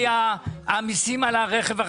לא.